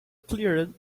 cleared